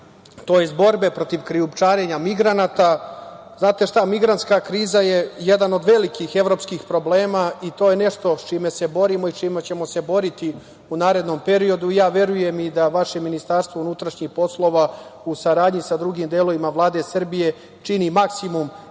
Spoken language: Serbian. tj. borbe protiv krijumčarenja migranata, znate šta, migrantska kriza je jedan od velikih evropskih problema i to je nešto sa čime se borimo i sa čime ćemo se boriti u narednom periodu i ja verujem i da vaše MUP u saradnji sa drugim delovima Vlade Srbije čini maksimum